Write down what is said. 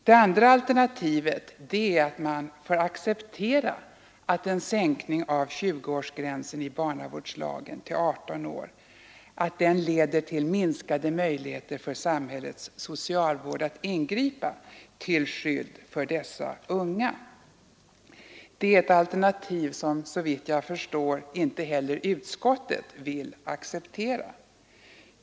Det andra alternativet är att man får acceptera att en sänkning av 20-årsgränsen i barnavårdslagen till 18 år leder till minskade möjligheter för samhällets socialvård att ingripa till skydd för dessa unga. Det är ett alternativ som — såvitt jag förstår — inte heller utskottet vill acceptera.